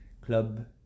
club